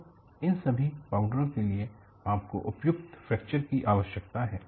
तो इन सभी पाउडरों के लिए आपको उपयुक्त फ्रैक्चर की आवश्यकता है